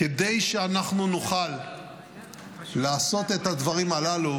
כדי שאנחנו נוכל לעשות את הדברים הללו,